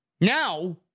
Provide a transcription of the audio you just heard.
Now